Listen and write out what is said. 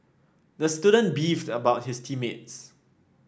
the student beefed about his team mates